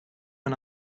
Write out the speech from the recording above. and